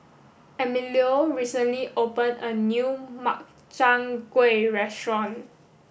Emilio recently opened a new Makchang gui restaurant